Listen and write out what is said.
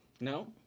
No